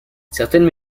certaines